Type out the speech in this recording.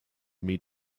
meet